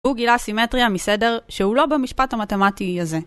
הוא גילה סימטריה מסדר שהוא לא במשפט המתמטי הזה